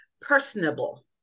personable